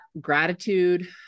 gratitude